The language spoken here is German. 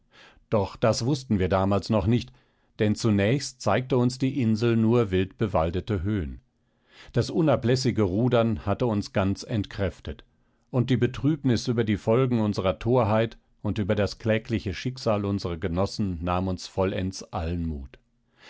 doch das wußten wir damals noch nicht denn zunächst zeigte uns die insel nur wildbewaldete höhen das unablässige rudern hatte uns ganz entkräftet und die betrübnis über die folgen unserer thorheit und über das klägliche schicksal unserer genossen nahm uns vollends allen mut